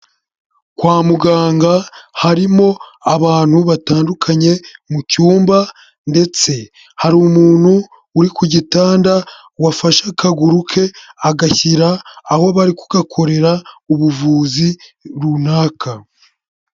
Kwa muganga harimo abantu batandukanye mu cyumba, ndetse hari umuntu uri ku gitanda, wafashe akaguru ke agashyira aho bari kugakorera ubuvuzi runaka.